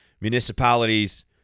municipalities